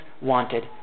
wanted